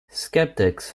skeptics